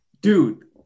dude